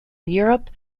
europe